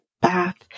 bath